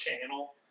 channel